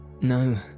No